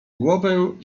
głowę